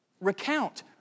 Recount